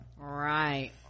right